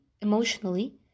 emotionally